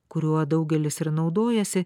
kuriuo daugelis ir naudojasi